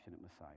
Messiah